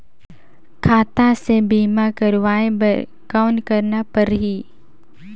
खाता से बीमा करवाय बर कौन करना परही?